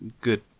good